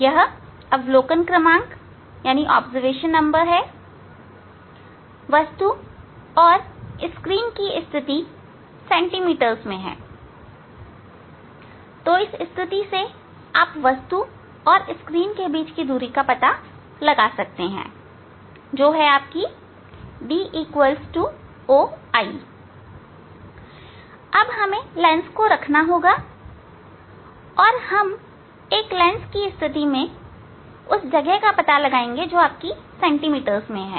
यह अवलोकन क्रमांक वस्तु और स्क्रीन की स्थिति सैंटीमीटर्स में है तो इस स्थिति से आप वस्तु और स्क्रीन के बीच की दूरी पता लगा सकते हैं जो है D OI अब हमें लेंस को रखना होगा और हम एक लेंस की स्थिति में जगह का पता लगाएंगे जो सैंटीमीटर्स में है